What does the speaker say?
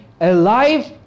alive